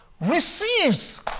receives